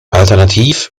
alternativ